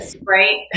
Right